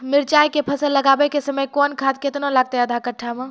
मिरचाय के फसल लगाबै के समय कौन खाद केतना लागतै आधा कट्ठा मे?